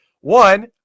one